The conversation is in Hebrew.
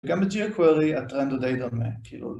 גם ב j query הטרנד הוא די דומה